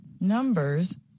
numbers